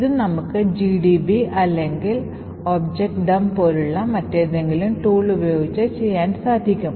ഇത് നമുക്ക് GDB അല്ലെങ്കിൽ OBJDUMP പോലുള്ള മറ്റേതെങ്കിലും tool ഉപയോഗിച്ച് ചെയ്യാൻ സാധിക്കും